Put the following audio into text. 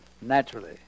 Naturally